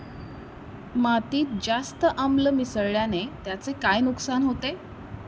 मातीत जास्त आम्ल मिसळण्याने त्याचे काय नुकसान होते?